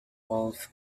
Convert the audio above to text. wolf